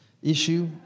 Issue